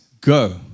go